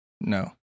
No